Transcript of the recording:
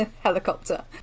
helicopter